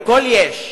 הכול יש,